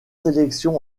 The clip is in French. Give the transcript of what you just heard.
sélection